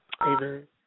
Amen